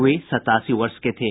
वे सत्तासी वर्ष के थे